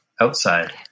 outside